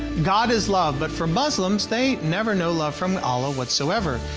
god is love, but for muslims, they never know love from allah whatsoever.